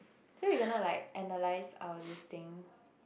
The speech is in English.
so we cannot like analyse our this thing